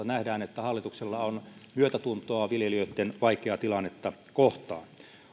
nähdään että hallituksella on myötätuntoa viljelijöitten vaikeaa tilannetta kohtaan